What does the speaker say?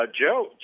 Joe